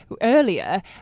earlier